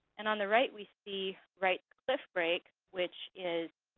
and on the right we see wright's cliffbrake, which is